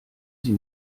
sie